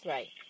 Right